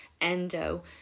endo